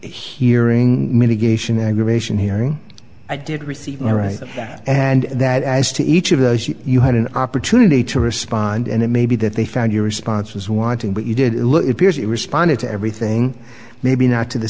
hearing mitigation aggravation hearing i did receive that and that as to each of those you had an opportunity to respond and it may be that they found your response was wanting but you did look at piers he responded to everything maybe not to the